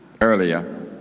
earlier